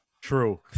True